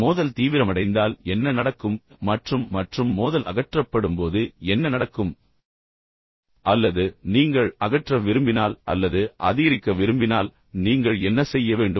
மோதல் தீவிரமடைந்தால் என்ன நடக்கும் மற்றும் மற்றும் மோதல் அகற்றப்படும்போது என்ன நடக்கும் அல்லது நீங்கள் அகற்ற விரும்பினால் அல்லது அதிகரிக்க விரும்பினால் நீங்கள் என்ன செய்ய வேண்டும்